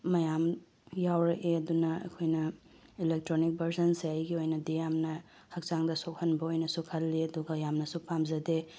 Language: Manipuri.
ꯃꯌꯥꯝ ꯌꯥꯎꯔꯛꯑꯦ ꯑꯗꯨꯅ ꯑꯩꯈꯣꯏꯅ ꯑꯦꯂꯦꯛꯇ꯭ꯔꯣꯅꯤꯀ ꯚꯥꯔꯖꯟꯁꯦ ꯑꯩꯒꯤ ꯑꯣꯏꯅꯗꯤ ꯌꯥꯝꯅ ꯍꯛꯆꯥꯡꯗ ꯁꯣꯛꯍꯟꯕ ꯑꯣꯏꯅꯁꯨ ꯈꯜꯂꯤ ꯑꯗꯨꯒ ꯌꯥꯝꯟꯁꯨ ꯄꯥꯝꯖꯗꯦ